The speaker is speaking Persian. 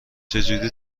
چجوری